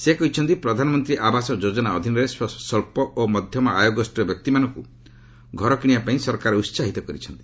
ସେ କହିଛନ୍ତି ପ୍ରଧାନମନ୍ତ୍ରୀ ଆବାସ ଯୋଜନା ଅଧୀନରେ ସ୍ୱଚ୍ଚ ଓ ମଧ୍ୟମ ଆୟ ଗୋଷ୍ଠୀର ବ୍ୟକ୍ତିମାନଙ୍କୁ ଘର କିଶିବା ପାଇଁ ସରକାର ଉସାହିତ କରିଛନ୍ତି